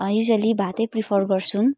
usually भातै prefer गर्छौँ